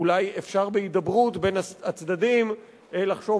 אולי אפשר בהידברות בין הצדדים לחשוב,